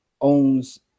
owns